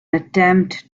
attempt